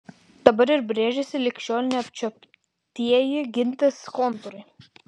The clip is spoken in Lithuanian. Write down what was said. dabar ir brėžiasi lig šiol neapčiuoptieji gintės kontūrai